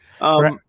Right